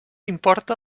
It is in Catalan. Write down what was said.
importa